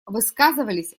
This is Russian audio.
высказывались